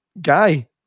guy